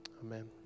amen